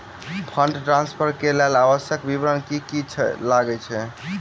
Fund transfer केँ लेल आवश्यक विवरण की की लागै छै?